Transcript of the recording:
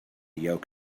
yolk